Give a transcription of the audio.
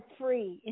free